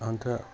अन्त